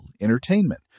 entertainment